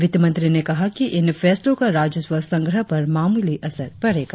वित्त मंत्री ने कहा कि इन फैसलों का राजस्व संग्रह पर मामूली असर पड़ेगा